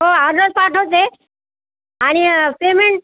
हो ऑर्डर पाठवते आणि पेमेंट